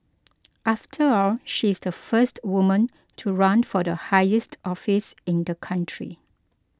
after all she's the first woman to run for the highest office in the country